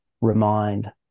remind